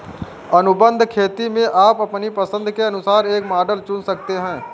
अनुबंध खेती में आप अपनी पसंद के अनुसार एक मॉडल चुन सकते हैं